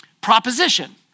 proposition